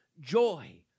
Joy